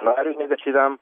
nariui negatyviam